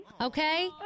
Okay